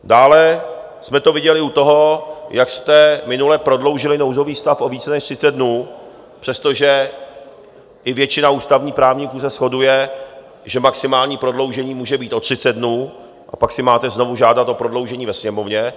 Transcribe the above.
Dále jsme to viděli u toho, jak jste minule prodloužili nouzový stav o více než třicet dnů, přestože i většina ústavních právníků se shoduje, že maximální prodloužení může být o třicet dnů a pak si máte znovu žádat o prodloužení ve Sněmovně.